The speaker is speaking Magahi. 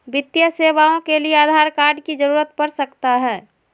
वित्तीय सेवाओं के लिए आधार कार्ड की जरूरत पड़ सकता है?